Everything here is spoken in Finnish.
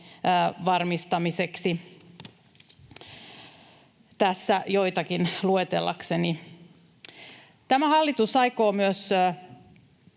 varmistamiseksi. Tässä joitakin luetellakseni. Tämä hallitus aikoo